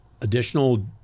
additional